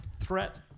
threat